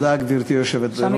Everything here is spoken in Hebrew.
גברתי היושבת-ראש,